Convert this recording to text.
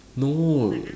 no